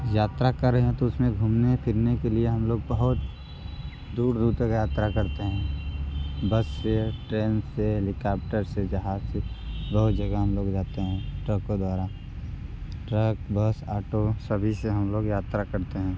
यात्रा कर रहे हैं तो उसमें घूमने फिरने के लिए हम लोग बहुत दूर दूर तक यात्रा करते हैं बस से ट्रेन से हेलीकॉप्टर से जहाज़ से बहुत जगह हम लोग जाते हैं ट्रैकों द्वारा ट्रक बस ऑटो सभी से हम लोग यात्रा करते हैं